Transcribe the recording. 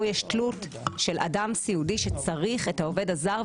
פה יש תלות של אדם סיעודי שצריך את העובד הזר,